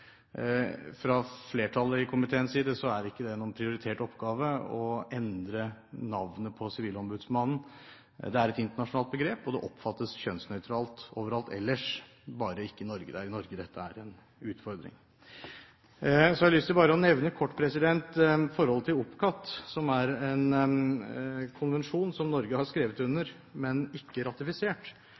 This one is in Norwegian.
Fra flertallet i komiteen er det ikke noen prioritert oppgave å endre navnet på sivilombudsmannen. Det er et internasjonalt begrep, og det oppfattes kjønnsnøytralt overalt ellers, bare ikke i Norge. Det er i Norge dette er en utfordring. Så har jeg bare lyst til å nevne kort forholdet til OPCAT, som er en konvensjon som Norge har skrevet under, men ikke ratifisert.